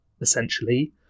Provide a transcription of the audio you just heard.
essentially